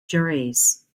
gerais